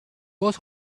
was